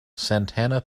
santana